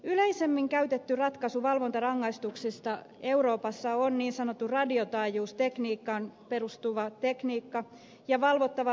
yleisemmin käytetty ratkaisu valvontarangaistuksiin euroopassa on niin sanottuun radiotaajuustekniikkaan perustuva tekniikka